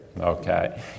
Okay